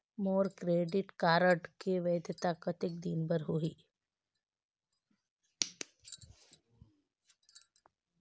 मोर credit card के वैधता कतेक दिन कर होही?